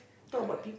correct